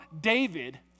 David